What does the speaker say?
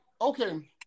okay